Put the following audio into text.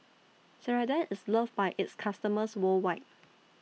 Ceradan IS loved By its customers worldwide